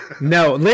no